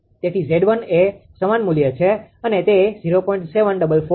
તેથી 𝑍1 એ સમાન મૂલ્ય છે અને તે 0